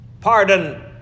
Pardon